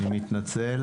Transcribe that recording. אני מתנצל